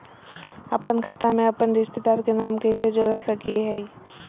अपन खाता में अपन रिश्तेदार के नाम कैसे जोड़ा सकिए हई?